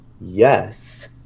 yes